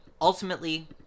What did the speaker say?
ultimately